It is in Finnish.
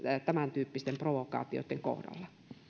tämäntyyppisten provokaatioitten kohdalla